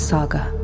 Saga